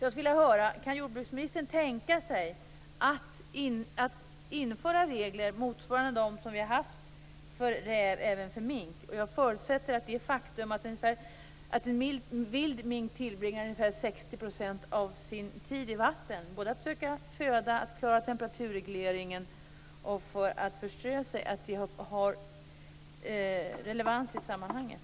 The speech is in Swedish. Jag skulle vilja höra: Kan jordbruksministern tänka sig att införa regler motsvarande dem som vi har haft för räv även för mink? Jag förutsätter att det faktum att en vild mink tillbringar ungefär 60 % av sin tid i vatten, för att söka föda och klara temperaturregleringen, får relevans i sammanhanget.